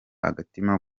agatima